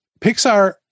Pixar